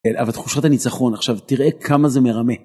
אבל תחושת הניצחון עכשיו, תראה כמה זה מרמה.